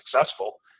successful